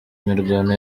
mirwano